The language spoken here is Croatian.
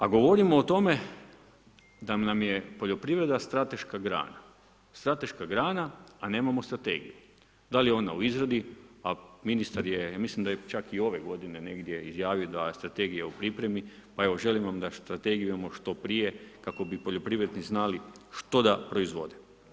A govorimo o tome, da nam je poljoprivreda strateška grana, strateška grana, a nemamo strategiju, da li je ona u izradi, a ministar je, ja mislim da je čak i ove g. negdje izjavio da je strategija u pripremi, pa evo, želim vam da strategiju imamo što prije, kako bi poljoprivrednici znali što proizvode.